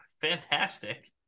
Fantastic